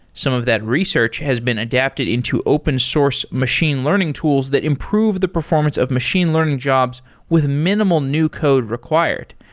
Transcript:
some of that research has been adapted into open source machine learning tools that improve the performance of machine learning jobs with minimal new code required.